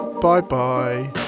Bye-bye